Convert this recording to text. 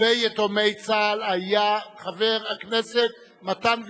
ויתומי צה"ל היה חבר הכנסת מתן וילנאי,